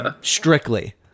Strictly